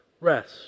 rest